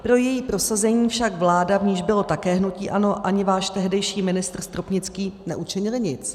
Pro její prosazení však vláda, v níž bylo také hnutí ANO, ani váš tehdejší ministr Stropnický neučinili nic.